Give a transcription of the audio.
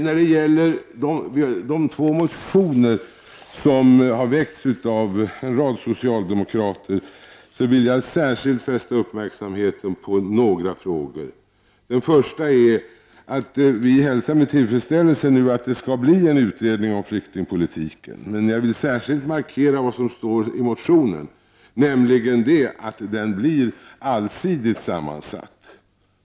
När det gäller de två motioner som har väckts av några socialdemokrater vill jag särskilt fästa uppmärksamheten på två frågor. Den första är att vi hälsar med tillfredsställelse att det nu skall bli en utredning om flyktingpolitik. Jag vill då särskilt markera vad som står i motionen, nämligen att utredningen bör bli allsidigt sammansatt.